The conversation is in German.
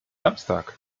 samstag